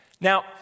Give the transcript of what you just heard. Now